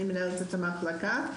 אני מנהלת את המחלקה.